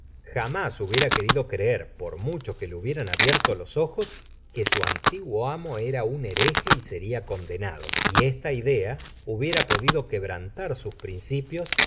jamás hubiera querido creer por mucho que le hubieran abierto los ojos que su antiguo amo era un hereje y seria condenado y esta idea hubiera podido quebrantar sus principios